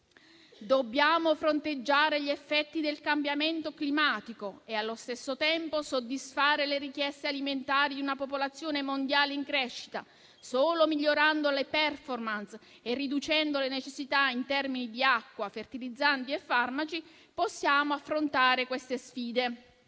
«Dobbiamo fronteggiare gli effetti del cambiamento climatico e, allo stesso tempo, soddisfare le richieste alimentari di una popolazione mondiale in crescita. Solo migliorando le *performance* e riducendo le necessità in termini di acqua, fertilizzanti e farmaci possiamo affrontare queste sfide»,